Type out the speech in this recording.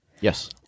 Yes